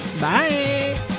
Bye